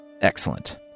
Excellent